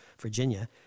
Virginia